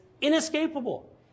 inescapable